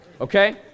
okay